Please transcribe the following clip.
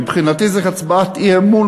מבחינתי זה הצבעת אי-אמון,